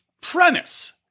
premise